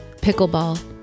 pickleball